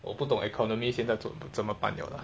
我不懂 economy 现在怎么怎么办了 lah